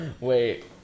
Wait